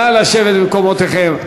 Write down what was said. נא לשבת במקומותיכם.